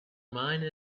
mine